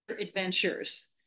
adventures